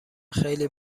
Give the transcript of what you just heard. خیلی